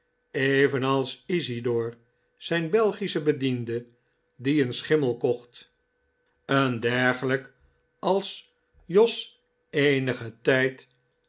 evenals isidor zijn belgischen bediende die een schimmel kocht een dergelijke als jos eenigen tijd